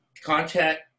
contact